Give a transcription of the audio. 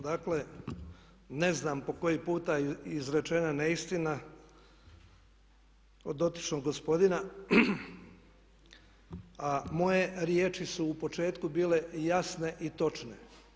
Dakle, ne znam po koji puta je izrečena neistina od dotičnog gospodina, a moje riječi su u početku bile jasne i točne.